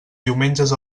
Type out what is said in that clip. diumenges